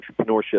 entrepreneurship